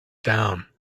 down